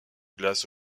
glace